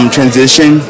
Transition